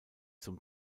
zum